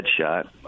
headshot